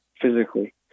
physically